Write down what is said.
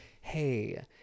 hey